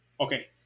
Okay